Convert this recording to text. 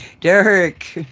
Derek